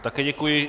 Také děkuji.